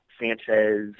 Sanchez